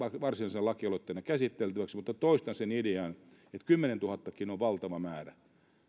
varsinaisena lakialoitteena käsiteltäväksi mutta toistan sen idean että kymmenentuhattakin on valtava määrä